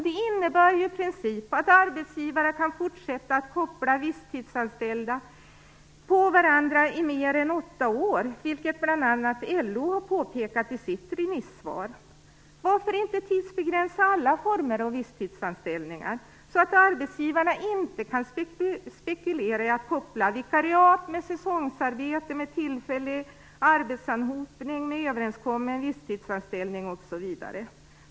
Det innebär att arbetsgivare i princip kan fortsätta att koppla visstidsanställda på varandra i mer än åtta år, vilket bl.a. LO påpekar i sitt remissvar. Varför inte tidsbegränsa alla former av visstidsanställningar så att arbetsgivarna inte kan spekulera i att koppla ihop vikariat med säsongsarbete, tillfällig arbetsanhopning, överenskommen visstidsanställning osv.?